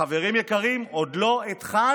וחברים יקרים, עוד לא התחלנו,